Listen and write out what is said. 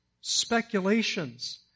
speculations